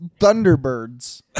Thunderbirds